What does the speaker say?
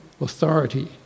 authority